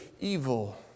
evil